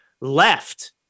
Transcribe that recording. left